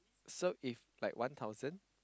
so if like one thousand